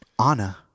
Anna